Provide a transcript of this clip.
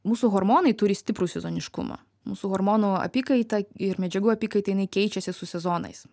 mūsų hormonai turi stiprų sezoniškumą mūsų hormonų apykaita ir medžiagų apykaita jinai keičiasi su sezonais